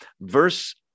verse